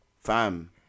Fam